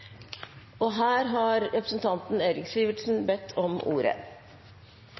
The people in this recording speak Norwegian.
Her har representanten Eirik Sivertsen bedt om ordet.